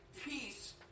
peace